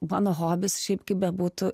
mano hobis šiaip kaip bebūtų